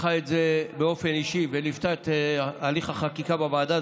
שלקחה את זה באופן אישי וליוותה את הליך החקיקה בוועדה,